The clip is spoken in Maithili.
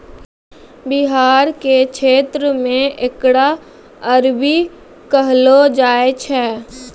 बिहार के क्षेत्र मे एकरा अरबी कहलो जाय छै